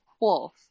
Wolf